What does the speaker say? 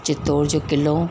चित्तौड़ जो क़िलो